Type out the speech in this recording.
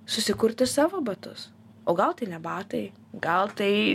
susikurti savo batus o gal tai ne batai gal tai